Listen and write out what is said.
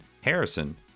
Harrison